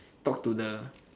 talk to the